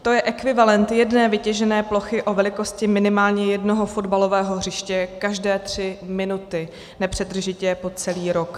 To je ekvivalent jedné vytěžené plochy o velikosti minimálně jednoho fotbalového hřiště každé tři minuty nepřetržitě po celý rok.